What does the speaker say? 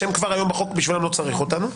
שכבר היום הן בחוק ובשבילן לא צריך אותנו.